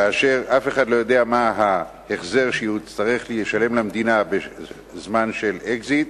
כאשר אף אחד לא יודע מה ההחזר שהוא יצטרך לשלם למדינה בזמן של אקזיט,